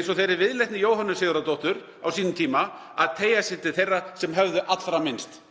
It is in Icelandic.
eins og þeirri viðleitni Jóhönnu Sigurðardóttur á sínum tíma að teygja sig til þeirra sem höfðu allra minnst.